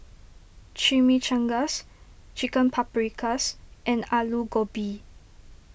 Chimichangas Chicken Paprikas and Alu Gobi